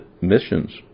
missions